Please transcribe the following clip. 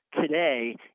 today